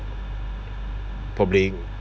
probably